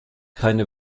keine